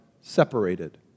separated